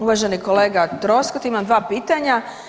Uvaženi kolega Troskot, imam dva pitanja.